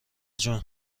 جون